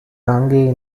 காங்கேய